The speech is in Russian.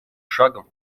шагом